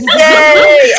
yay